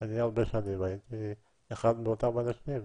אני אחד מאותם אנשים,